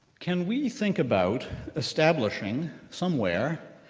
can we think about establishing, somewhere,